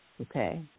Okay